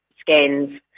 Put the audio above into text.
scans